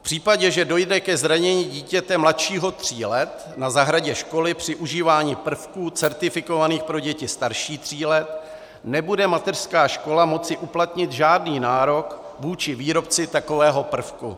V případě, že dojde ke zranění dítěte mladšího tří let na zahradě školy při užívání prvků certifikovaných pro děti starší tří let, nebude mateřská škola moci uplatnit žádný nárok vůči výrobci takového prvku.